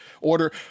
order